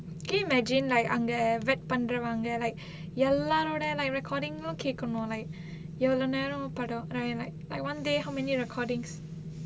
can you imagine like அங்க:anga work பண்றவங்க:pandravanga like எல்லாரோட:ellaaroda like recording um கேக்கணும்:kekanum like எவ்வள நேரம் படம்:evvala neram padam like one day how many recording